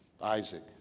Isaac